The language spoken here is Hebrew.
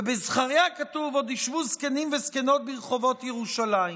ובזכריה כתוב: עוד ישבו זקנים וזקנות ברחובות ירושלים.